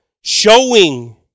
showing